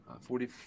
Forty